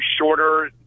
shorter